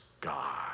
God